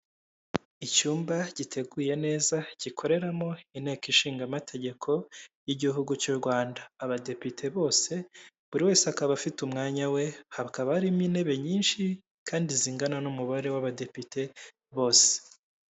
Icyumba giteguye neza gikoreramo inteko ishingamategeko y'igihugu cy'u Rwanda abadepite bose, buri wese akaba afite umwanya we, hakaba harimo intebe nyinshi kandi zingana n'umubare w'abadepite bose.